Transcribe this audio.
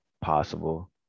possible